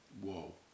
Whoa